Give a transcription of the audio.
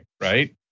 Right